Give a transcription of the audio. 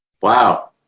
Wow